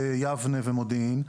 יבנה ומודיעין.